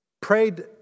Prayed